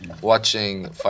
watching